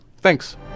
thanks